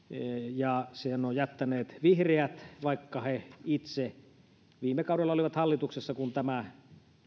ja sen ovat jättäneet vihreät vaikka he itse olivat hallituksessa viime kaudella kun tämä